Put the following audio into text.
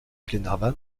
glenarvan